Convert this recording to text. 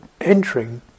entering